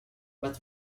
but